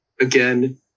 again